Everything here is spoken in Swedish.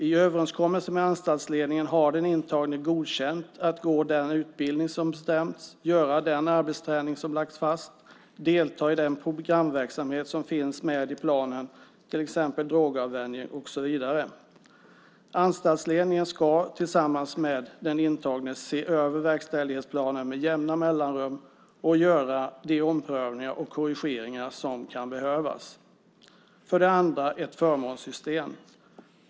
I överenskommelse med anstaltsledningen har den intagne godkänt att gå den utbildning som bestämts, göra den arbetsträning som lagts fast, delta i den programverksamhet som finns med i planen, till exempel drogavvänjning, och så vidare. Anstaltsledningen ska tillsammans med den intagne se över verkställighetsplanen med jämna mellanrum och göra de omprövningar och korrigeringar som kan behövas. För det andra handlar det om ett förmånssystem.